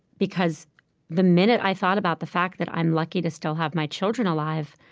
because the minute i thought about the fact that i'm lucky to still have my children alive,